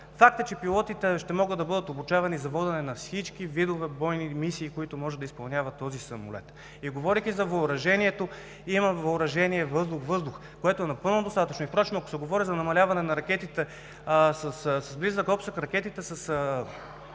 Факт е, че пилотите ще могат да бъдат обучавани за водене на всички видове бойни мисии, които може да изпълнява този самолет. Говорейки за въоръжението, има въоръжение „въздух-въздух“, което е напълно достатъчно. Ако се говори за намаляване на ракетите с близък обсег, ракетите с